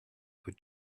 would